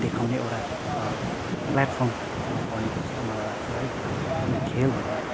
देखाउने एउटा प्ल्याटफर्म बनेको जस्तो मलाई लाग्छ है त्यो खेलहरू